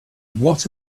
what